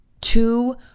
two